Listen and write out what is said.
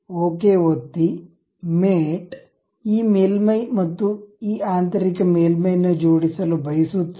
okay ಒತ್ತಿ mate ಈ ಮೇಲ್ಮೈ ಮತ್ತು ಈ ಆಂತರಿಕ ಮೇಲ್ಮೈಯನ್ನು ಜೋಡಿಸಲು ಬಯಸುತ್ತೇವೆ